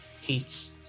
heats